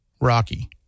Rocky